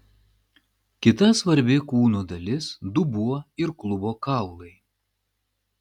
kita svarbi kūno dalis dubuo ir klubo kaulai